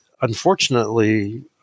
Unfortunately